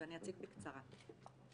בקצרה.